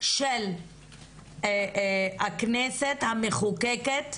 של הכנסת המחוקקת,